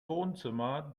wohnzimmer